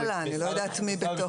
זה הממשלה, אני לא יודעת מי.